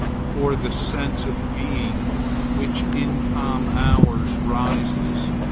for the sense of being which in calm hours rises,